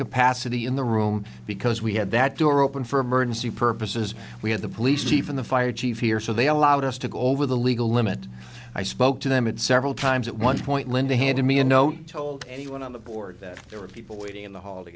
capacity in the room because we had that door open for emergency purposes we had the police chief in the fire chief here so they allowed us to go over the legal limit i spoke to them and several times at one point linda handed me a note told anyone on the board that there were people waiting in the hall to